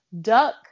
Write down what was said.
duck